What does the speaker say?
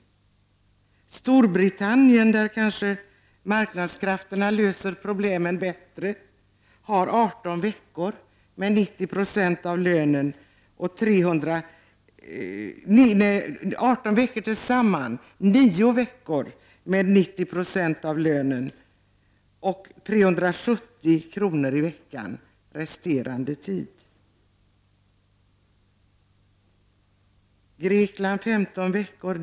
I Storbritannien, där marknadskrafterna kanske löser problemen bättre, får man sammanlagt 18 veckors föräldraledighet med 90 96 av lönen under 9 veckor. Resterande tid får man 370 kr. per vecka. I Grekland omfattar föräldraledigheten 15 veckor.